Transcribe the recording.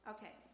Okay